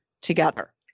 together